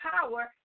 power